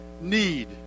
need